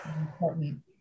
important